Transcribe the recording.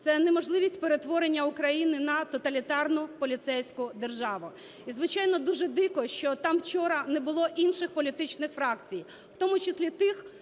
це неможливість перетворення України на тоталітарну поліцейську державу. І, звичайно, дуже дико, що там вчора не було інших політичних фракцій, в тому числі тих